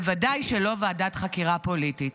ודאי שלא ועדת חקירה פוליטית,